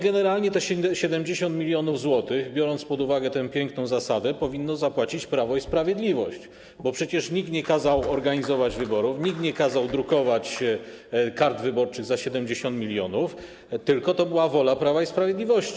Generalnie te 70 mln zł, biorąc pod uwagę tę piękną zasadę, powinno zapłacić Prawo i Sprawiedliwość, bo przecież nikt nie kazał organizować wyborów, nikt nie kazał drukować kart wyborczych za 70 mln, tylko to była wola Prawa i Sprawiedliwości.